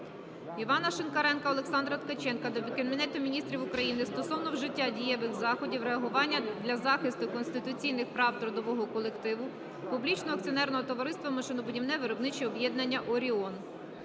Івана Шинкаренка, Олександра Ткаченка до Кабінету Міністрів України стосовно вжиття дієвих заходів реагування для захисту конституційних прав трудового колективу Публічного акціонерного товариства "Машинобудівне виробниче об'єднання "Оріон".